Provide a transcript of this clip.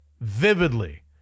vividly